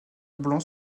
blanc